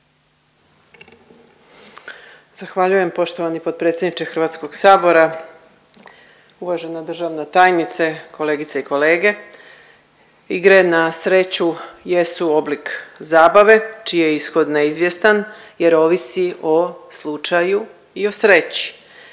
Zahvaljujem poštovani potpredsjedniče HS, uvažena državna tajnice, kolegice i kolege. Igre na sreću jesu oblik zabave čiji je ishod neizvjestan jer ovisi o slučaju i o sreći,